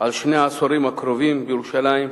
על שני העשורים הקרובים בירושלים,